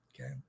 okay